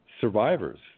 survivors